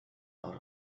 out